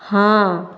ହଁ